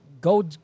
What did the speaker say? go